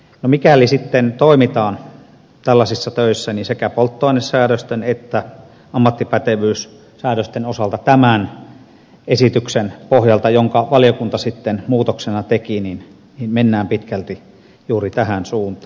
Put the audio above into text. no mikäli sitten toimitaan tällaisissa töissä niin sekä polttoainesäädösten että ammattipätevyyssäädösten osalta tämän esityksen pohjalta jonka valiokunta sitten muutoksena teki mennään pitkälti juuri tähän suuntaan